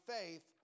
faith